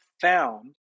found